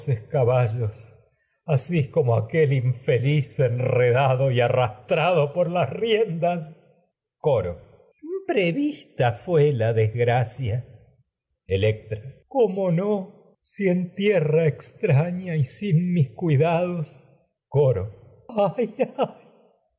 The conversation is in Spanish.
caballos asi como aquel infeliz enredado y arrastrado por las riendas coro imprevista fué la desgracia cómo no electra si en tierra extraña y sin mis cuidados coro